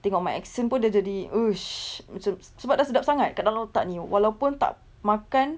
tengok my accent pun dah jadi !woo! macam se~ sebab dah sedap sangat dalam otak ini walaupun tak makan